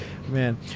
man